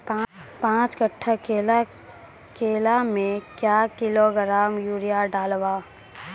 पाँच कट्ठा केला मे क्या किलोग्राम यूरिया डलवा?